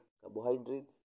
carbohydrates